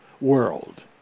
world